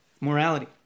Morality